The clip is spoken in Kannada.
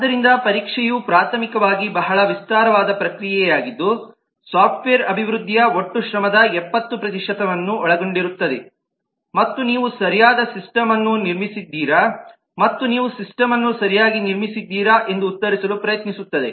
ಆದ್ದರಿಂದ ಪರೀಕ್ಷೆಯು ಪ್ರಾಥಮಿಕವಾಗಿ ಬಹಳ ವಿಸ್ತಾರವಾದ ಪ್ರಕ್ರಿಯೆಯಾಗಿದ್ದು ಸಾಫ್ಟ್ವೇರ್ ಅಭಿವೃದ್ಧಿಯ ಒಟ್ಟು ಶ್ರಮದ 70 ಪ್ರತಿಶತವನ್ನು ಒಳಗೊಂಡಿರುತ್ತದೆ ಮತ್ತು ನೀವು ಸರಿಯಾದ ಸಿಸ್ಟಮನ್ನು ನಿರ್ಮಿಸಿದ್ದೀರಾ ಮತ್ತು ನೀವು ಸಿಸ್ಟಮನ್ನು ಸರಿಯಾಗಿ ನಿರ್ಮಿಸಿದ್ದೀರಾ ಎಂದು ಉತ್ತರಿಸಲು ಪ್ರಯತ್ನಿಸುತ್ತದೆ